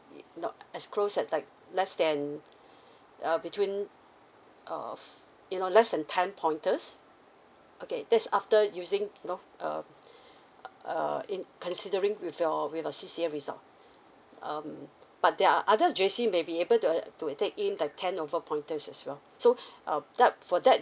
i~ know as close as like less than uh between err f~ you know less than ten pointers okay there's after using know uh uh in considering with your with your C_C_M result um but there are other J_C may be able to uh to take in like ten over pointers as well so uh that for that